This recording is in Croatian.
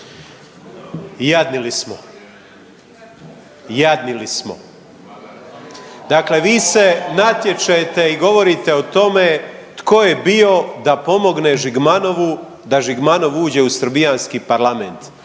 Jadni li smo, jadni li smo. Dakle, vi se natječete i govorite o tome tko je bio da pomogne Žigmanovu da Žigmanov uđe u srbijanski Parlament,